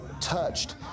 touched